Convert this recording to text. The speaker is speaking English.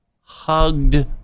hugged